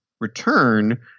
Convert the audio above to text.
return